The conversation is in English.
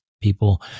people